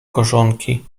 korzonki